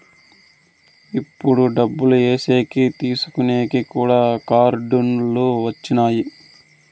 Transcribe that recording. ఇప్పుడు డబ్బులు ఏసేకి తీసుకునేకి కూడా కార్డులు వచ్చినాయి